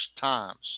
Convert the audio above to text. times